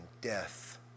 death